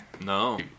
no